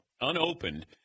unopened